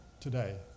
today